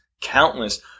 countless